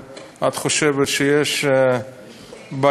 שאת חושבת שיש בעיה,